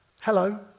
hello